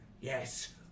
Yes